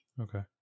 Okay